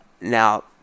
Now